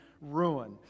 ruin